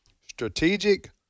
Strategic